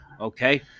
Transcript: okay